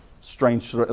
strange